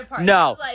no